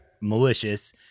malicious